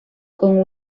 con